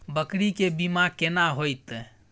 बकरी के बीमा केना होइते?